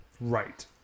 Right